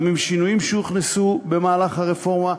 גם עם שינויים שהוכנסו במהלך הרפורמה,